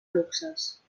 luxes